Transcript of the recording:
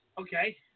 Okay